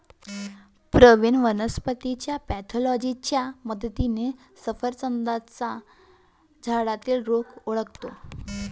प्रवीण वनस्पतीच्या पॅथॉलॉजीच्या मदतीने सफरचंदाच्या झाडातील रोग ओळखतो